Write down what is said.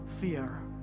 fear